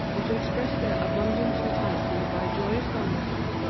or to express their abundant vitality by joyous dances,